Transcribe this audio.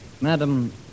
Madam